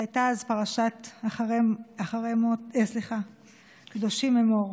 שהייתה אז פרשת אחרי מות קדושים אמור.